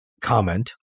comment